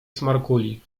smarkuli